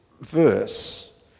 verse